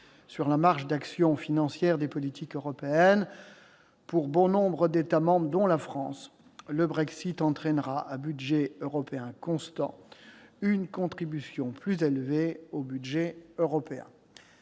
sur la marge d'action financière des politiques européennes. Pour bon nombre d'États membres, dont la France, le Brexit entraînera, à budget européen constant, une contribution plus élevée au budget européen.